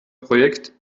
projekt